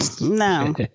no